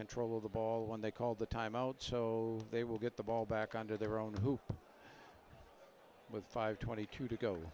control of the ball when they called the timeout so they will get the ball back on to their own who with five twenty two to go